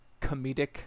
comedic